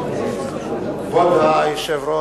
כבוד היושב-ראש,